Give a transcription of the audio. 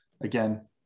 again